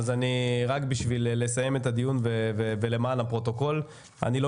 רק בשביל לסיים את הדיון ולמען הפרוטוקול: אני לא